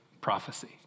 prophecy